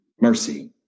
mercy